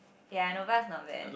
ya Nova is not bad